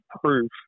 proof